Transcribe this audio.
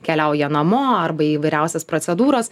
keliauja namo arba į įvairiausias procedūras